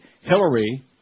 Hillary